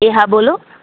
એ હા બોલો